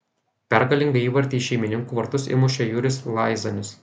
pergalingą įvartį į šeimininkų vartus įmušė juris laizanis